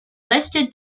listed